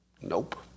Nope